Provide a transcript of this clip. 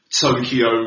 Tokyo